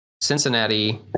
Cincinnati